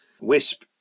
Wisp